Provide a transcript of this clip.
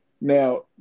Now